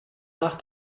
nach